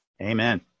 Amen